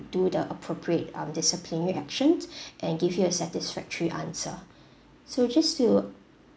do the appropriate um disciplinary actions and give you a satisfactory answer so just to